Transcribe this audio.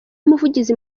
umuvugizi